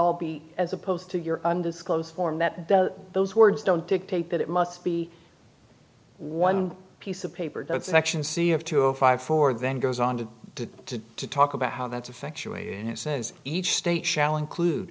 all be as opposed to your undisclosed form that those words don't dictate that it must be one piece of paper don't section c of to a five four then goes on to to to to talk about how that affects you a and it says each state shall include